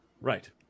Right